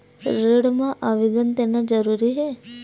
ऋण मा आवेदन देना जरूरी हे?